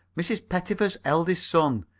mrs. pettifer's eldest son.